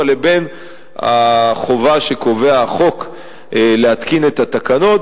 לבין החובה שקובע החוק להתקין את התקנות,